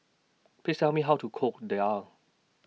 Please Tell Me How to Cook Daal